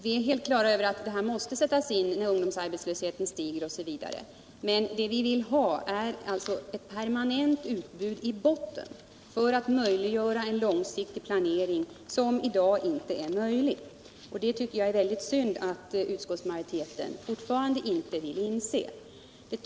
Viär helt klara över att dessa kurser måste sättas in i denna ungdomsarbetslöshetens tid, men det vi vill ha är ett permanent utbud i botten för att möjliggöra en långsiktig planering som i dag inte är möjlig. Jag tycker att det är väldigt synd att utskottsmajoriteten fortfarande inte vill inse det.